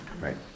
Right